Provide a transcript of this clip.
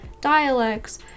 dialects